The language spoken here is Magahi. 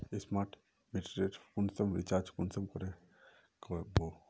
स्मार्ट मीटरेर कुंसम रिचार्ज कुंसम करे का बो?